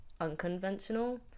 unconventional